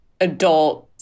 adult